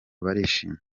barishima